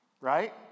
Right